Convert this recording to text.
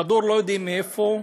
כדור, לא יודעים מאיפה,